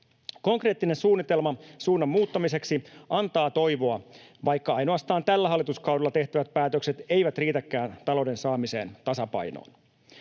Konkreettinen suunnitelma suunnan muuttamiseksi antaa toivoa, vaikka ainoastaan tällä hallituskaudella tehtävät päätökset eivät riitäkään talouden saamiseen tasapainoon.